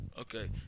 Okay